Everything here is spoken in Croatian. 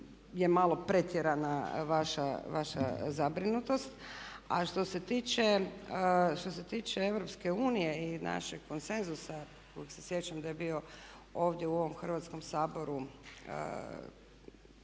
je malo pretjerana vaša zabrinutost. A što se tiče EU i našeg konsenzusa kojeg se sjećam da je bio ovdje u ovom Hrvatskom saboru